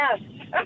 yes